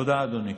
תודה, אדוני.